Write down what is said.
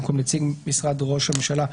במקום "נציג משרד ראש הממשלה,